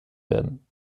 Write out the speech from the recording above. werden